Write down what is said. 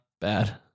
Bad